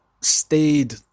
stayed